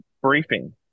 briefing